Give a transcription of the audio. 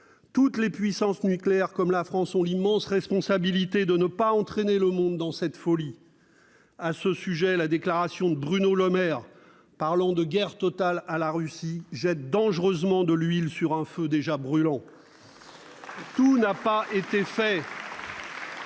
Toutes les puissances nucléaires, parmi lesquelles figure la France, ont l'immense responsabilité de ne pas entraîner le monde dans cette folie. À ce sujet, la déclaration de Bruno Le Maire, qui parle de « guerre totale à la Russie », jette dangereusement de l'huile sur un feu déjà brûlant. Tout n'a pas été fait